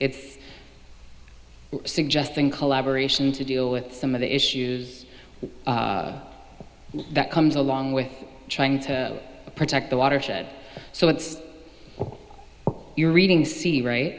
it's suggesting collaboration to deal with some of the issues that comes along with trying to protect the watershed so it's your reading see right